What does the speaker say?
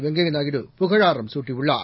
வெங்கைய நாயுடு புகழாரம் சூட்டியுள்ளார்